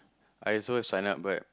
I also sign up but